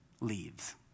leaves